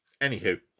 Anywho